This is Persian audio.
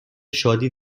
شادی